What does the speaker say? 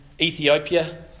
Ethiopia